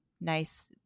nice